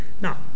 Now